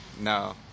no